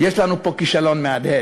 יש לנו פה כישלון מהדהד.